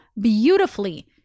beautifully